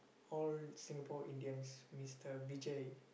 old Singapore Indian mister-Vijay